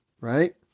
right